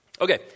Okay